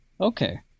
Okay